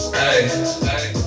hey